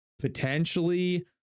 Potentially